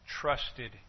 trusted